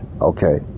okay